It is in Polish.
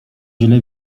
źle